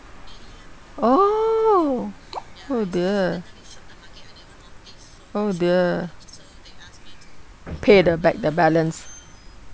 oh oh dear oh dear pay the back the balance